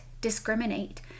discriminate